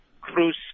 Cruz